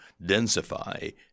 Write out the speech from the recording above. densify